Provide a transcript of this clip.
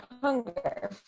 hunger